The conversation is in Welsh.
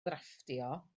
drafftio